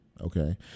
Okay